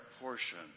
portion